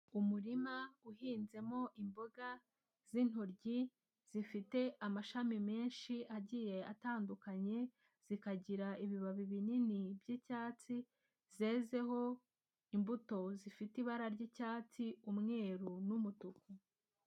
Umurima uhinzemo imboga, z'intoryi, zifite amashami menshi agiye atandukanye, zikagira ibibabi binini by'icyatsi, zezeho imbuto zifite ibara ry'icyatsi, umweru n'umutuku.